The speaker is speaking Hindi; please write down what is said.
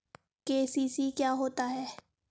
के.सी.सी क्या होता है?